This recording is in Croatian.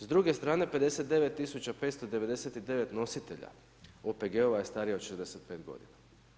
S druge strane 59.599 nositelja OPG-ova je starije od 65 godina.